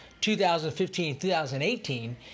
2015-2018